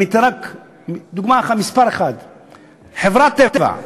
אני אתן רק דוגמה אחת: חברת "טבע".